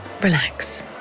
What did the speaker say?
relax